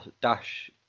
Dash